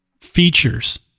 features